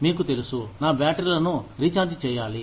మీకు తెలుసు నా బ్యాటరీలను రీఛార్జి చేయాలి